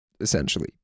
essentially